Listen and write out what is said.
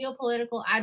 geopolitical